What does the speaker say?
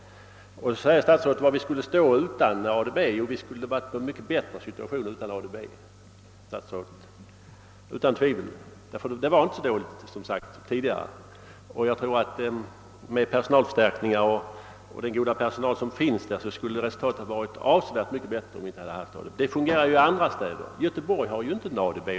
Statsrådet frågar var vi skulle stå utan ADB. Jo, utan ADB skulle vi stå i en bättre situation, ty läget var, som sagt, inte så dåligt tidigare. Med personalförstärkningar och med den goda personal som redan finns skulle resultatet vara avsevärt mycket bättre, om vi inte hade haft ADB. Det fungerar ju i andra städer. Göteborg har ingen ADB.